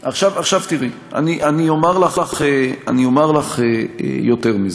תראי, אני אומר לך יותר מזה.